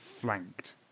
flanked